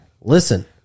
listen